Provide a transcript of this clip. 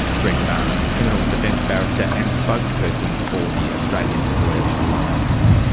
greg barns, criminal defence barrister and spokesperson for the australian lawyers alliance